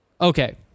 Okay